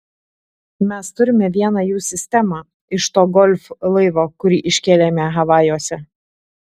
mes turime vieną jų sistemą iš to golf laivo kurį iškėlėme havajuose